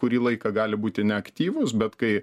kurį laiką gali būti neaktyvūs bet kai